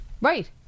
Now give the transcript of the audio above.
Right